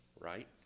right